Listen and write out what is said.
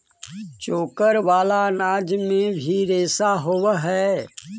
चोकर वाला अनाज में भी रेशा होवऽ हई